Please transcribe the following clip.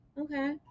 okay